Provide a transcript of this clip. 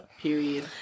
Period